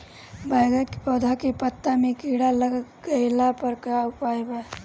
बैगन के पौधा के पत्ता मे कीड़ा लाग गैला पर का उपाय बा?